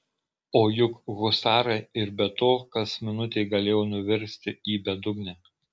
o juk husarai ir be to kas minutė galėjo nuvirsti į bedugnę